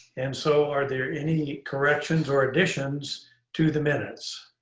and so are there any corrections or additions to the minutes?